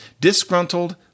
disgruntled